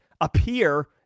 appear